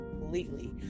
completely